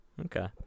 Okay